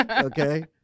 okay